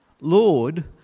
Lord